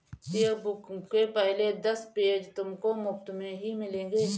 chequebook के पहले दस पेज तुमको मुफ़्त में ही मिलेंगे